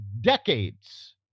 decades